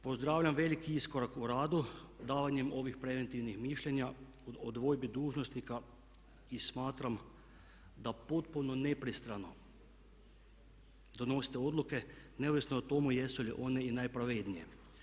Pozdravljam veliki iskorak u radu davanjem ovih preventivnih mišljenja o dvojbi dužnosnika i smatram da potpuno nepristrano donosite odluke neovisno o tome jesu li one i najpravednije.